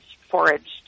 foraged